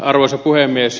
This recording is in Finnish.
arvoisa puhemies